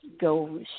go